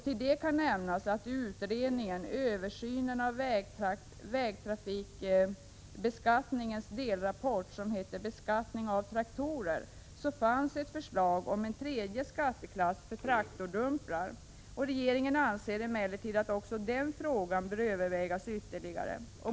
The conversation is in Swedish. Till detta kan nämnas att i utredningens Översyn av vägtrafikbeskattningar delrapport Beskattning av traktorer fanns ett förslag om en tredje skatteklass för traktordumprar. Regeringen anser emellertid att också den frågan bör övervägas ytterligare.